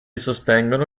sostengono